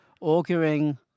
auguring